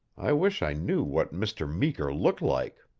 i wished i knew what mr. meeker looked like.